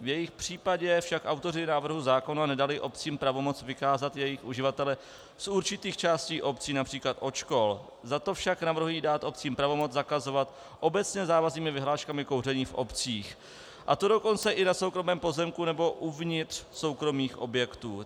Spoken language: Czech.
V jejich případě však autoři návrhu zákona nedali obcím pravomoc vykázat jejich uživatele z určitých částí obcí, například od škol, zato však navrhují dát obcím pravomoc zakazovat obecně závaznými vyhláškami kouření v obcích, a to dokonce i na soukromém pozemku nebo uvnitř soukromých objektů.